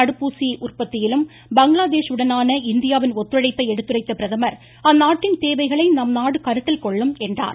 தடுப்பூசி உற்பத்தியிலும் பங்களாதேஷுடனான இந்தியாவின் ஒத்துழைப்பை எடுத்துரைத்த பிரதமர் அந்நாட்டின் தேவைகளை நம்நாடு கருத்தில் கொள்ளும் என்றார்